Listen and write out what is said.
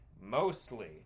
mostly